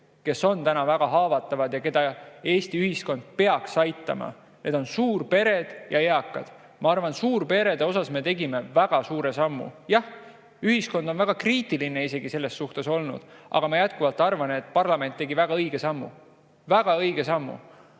kes on täna väga haavatavad ja keda Eesti ühiskond peaks aitama: suurpered ja eakad. Ma arvan, suurperede heaks me tegime väga suure sammu. Jah, ühiskond on olnud selles suhtes isegi väga kriitiline, aga ma jätkuvalt arvan, et parlament tegi väga õige sammu. Väga õige sammu!